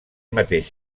mateix